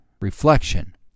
reflection